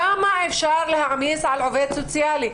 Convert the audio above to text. כמה אפשר להעמיס על עובד סוציאלי?